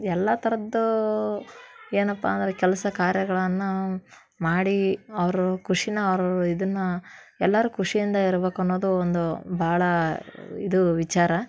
ಎಲ್ಲ ಥರದ್ದೂ ಏನಪ್ಪ ಅಂದರೆ ಕೆಲಸ ಕಾರ್ಯಗಳನನು ಮಾಡಿ ಅವ್ರ ಖುಷಿನ ಅವ್ರ ಅವ್ರ ಇದನ್ನು ಎಲ್ಲರೂ ಖುಷಿಯಿಂದ ಇರ್ಬೇಕನ್ನೋದು ಒಂದು ಭಾಳ ಇದು ವಿಚಾರ